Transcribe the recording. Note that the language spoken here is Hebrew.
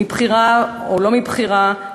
מבחירה או שלא מבחירה,